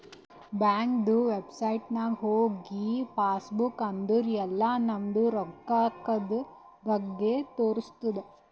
ಬ್ಯಾಂಕ್ದು ವೆಬ್ಸೈಟ್ ನಾಗ್ ಹೋಗಿ ಪಾಸ್ ಬುಕ್ ಅಂದುರ್ ಎಲ್ಲಾ ನಮ್ದು ರೊಕ್ಕಾದ್ ಬಗ್ಗೆ ತೋರಸ್ತುದ್